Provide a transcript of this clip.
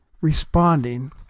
responding